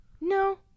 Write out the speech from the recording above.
No